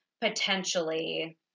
potentially